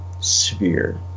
sphere